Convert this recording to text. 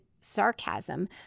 sarcasm